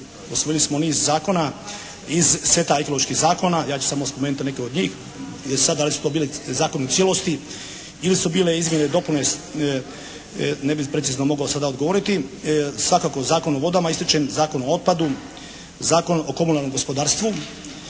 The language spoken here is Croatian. usvojili smo niz zakona iz seta …/Govornik se ne razumije./… zakona. Ja ću samo spomenuti neke od njih. Jer sad da li su to bili zakoni u cijelosti ili su bile izmjene i dopune ne bih precizno mogao sada odgovoriti svakako Zakon o vodama ističem, Zakon o otpadu, Zakon o komunalnom gospodarstvu,